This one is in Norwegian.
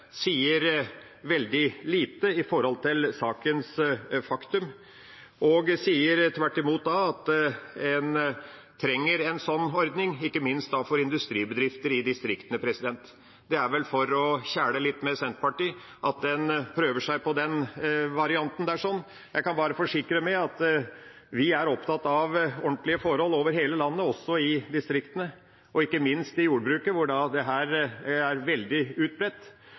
sier veldig lite om sakens faktum. De sier tvert imot at en trenger en sånn ordning, ikke minst for industribedrifter i distriktene. Det er vel for å kjæle litt med Senterpartiet at en prøver seg på den varianten. Jeg kan bare forsikre om at vi er opptatt av ordentlige forhold over hele landet, også i distriktene, og ikke minst i jordbruket, hvor dette er veldig utbredt.